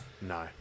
No